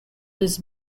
this